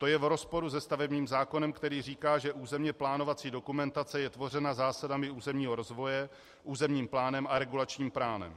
To je v rozporu se stavebním zákonem, který říká, že územně plánovací dokumentace je tvořena zásadami územního rozvoje, územním plánem a regulačním plánem.